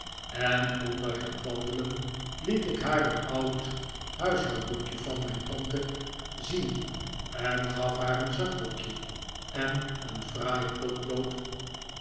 en onder het wandelen liet ik haar een oud huishoudboekje van mijn tante zien en gaf haar een zakboekje en een fraai potlood